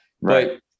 Right